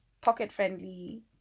pocket-friendly